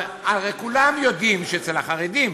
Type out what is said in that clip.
הרי כולם יודעים שאצל החרדים